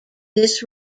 this